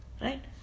Right